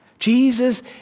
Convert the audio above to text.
Jesus